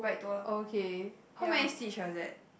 okay how many stitch was that